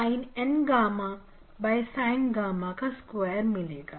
जो कि sin N gamma sin gamma square है